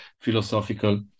philosophical